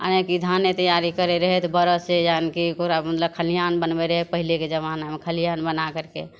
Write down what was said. यानि कि धाने तैयारी करै रहै तऽ बड़द से यानि कि ओकरा खलिहान बनबै रहै पहिलेके जबानामे खलिहान बना करिके